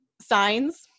signs